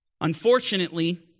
Unfortunately